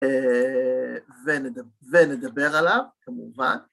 ונדבר עליו, כמובן.